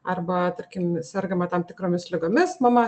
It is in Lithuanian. arba tarkim sergama tam tikromis ligomis mama